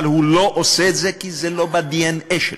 אבל הוא לא עושה את זה כי זה לא בדנ"א שלו.